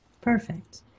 Perfect